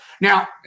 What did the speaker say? Now